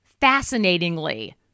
fascinatingly